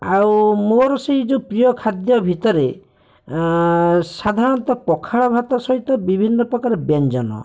ଆଉ ମୋର ସେହି ଯେଉଁ ପ୍ରିୟ ଖାଦ୍ୟ ଭିତରେ ସାଧାରଣତଃ ପଖାଳ ଭାତ ସହିତ ବିଭିନ୍ନ ପ୍ରକାର ବ୍ୟଞ୍ଜନ